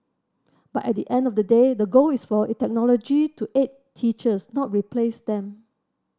but at the end of the day the goal is for technology to aid teachers not replace them